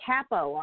Capo